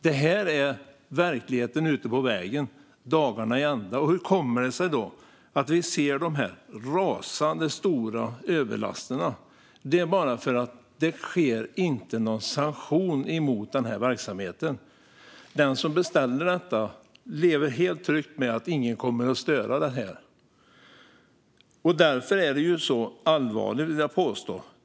Detta är verkligheten ute på vägen, dagarna i ända. Hur kommer det sig då att vi ser de här rasande stora överlasterna? Det är bara för att det inte sker någon sanktion mot verksamheten. Den som beställer detta lever helt tryggt med att ingen kommer att störa det. Det är därför det är så allvarligt, vill jag påstå.